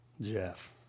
Jeff